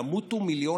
ימותו מיליונים,